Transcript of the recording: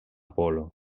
polo